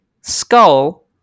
Skull